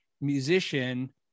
musician